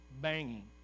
banging